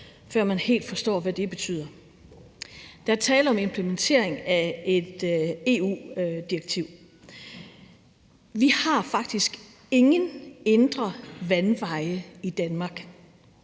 før man helt kan forstå, hvad det betyder. Der er tale om en implementering af et EU-direktiv. Vi har faktisk ingen indre vandveje i Danmark,